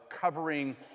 covering